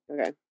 Okay